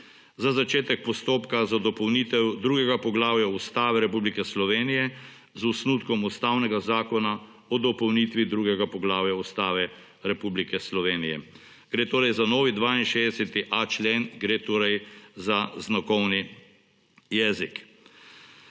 za začetek postopka za dopolnitev II. poglavja Ustave Republike Slovenije z osnutkom Ustavnega zakona o dopolnitvi II. poglavja Ustave Republike Slovenije. Gre torej za novi 62.a člen, gre torej za znakovni jezik.